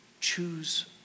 choose